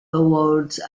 awards